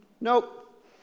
Nope